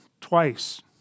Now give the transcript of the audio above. twice